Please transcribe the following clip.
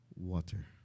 water